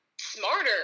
smarter